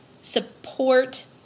support